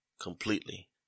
completely